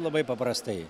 labai paprastai